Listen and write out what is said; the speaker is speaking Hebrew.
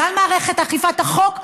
גם מערכת אכיפת החוק,